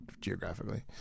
geographically